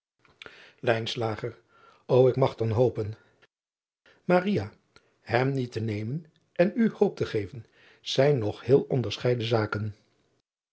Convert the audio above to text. o k mag dan hopen em niet te nemen en u hoop te geven zijn nog heel onderscheiden zaken